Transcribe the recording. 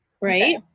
right